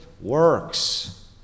works